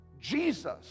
Jesus